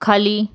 खाली